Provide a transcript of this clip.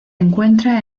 encuentra